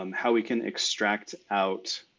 um how we can extract out